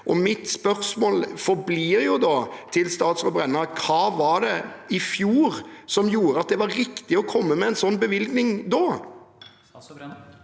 Mitt spørsmål forblir da det samme til statsråd Brenna: Hva var det i fjor som gjorde at det var riktig å komme med en sånn bevilging da?